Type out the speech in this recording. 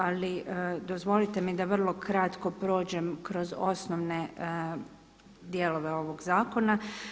Ali dozvolite mi da vrlo kratko prođem kroz osnovne dijelove ovog zakona.